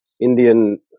Indian